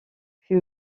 fut